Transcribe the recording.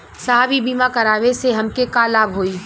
साहब इ बीमा करावे से हमके का लाभ होई?